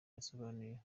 yasobanuye